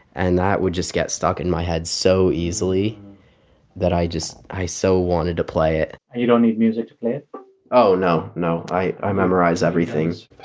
and that would just get stuck in my head so easily that i just i so wanted to play it and you don't need music to play? no. no. i i memorize everything